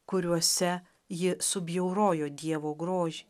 kuriuose ji subjaurojo dievo grožį